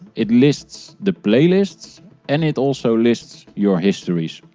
it lists the playlists and it also lists your histories.